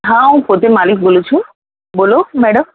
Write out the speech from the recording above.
હા હું પોતે માલિક બોલું છું બોલો મૅડમ